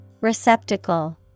Receptacle